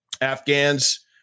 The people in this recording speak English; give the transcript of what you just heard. Afghans